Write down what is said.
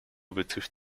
betrifft